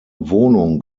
wohnung